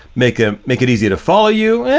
make um make it easier to follow you.